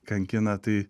kankina tai